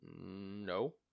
No